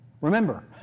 Remember